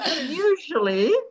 usually